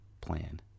plan